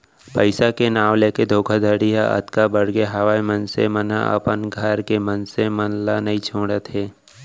पइसा के नांव लेके धोखाघड़ी ह अतका बड़गे हावय मनसे मन ह अपन घर के मनसे मन ल नइ छोड़त हे